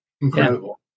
incredible